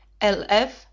LF